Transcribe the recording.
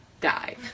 die